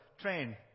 train